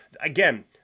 again